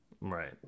Right